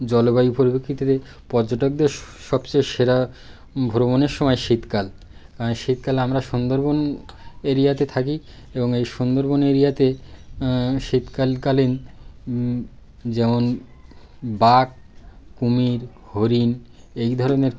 জলবায়ু পরিপ্রেক্ষিতে পর্যটকদের সবচেয়ে সেরা ভ্রমণের সময় শীতকাল কারণ এ শীতকালে আমরা সুন্দরবন এরিয়াতে থাকি এবং এই সুন্দরবন এরিয়াতে শীতকালকালীন যেমন বাঘ কুমির হরিণ এই ধরনের